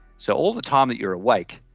so all the time that you're awake,